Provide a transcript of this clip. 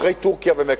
אחרי טורקיה ומקסיקו.